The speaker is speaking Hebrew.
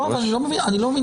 אני לא מבין.